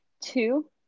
two